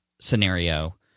scenario